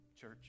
church